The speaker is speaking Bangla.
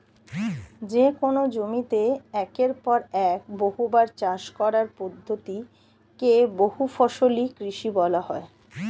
যেকোন জমিতে একের পর এক বহুবার চাষ করার পদ্ধতি কে বহুফসলি কৃষি বলা হয়